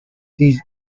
these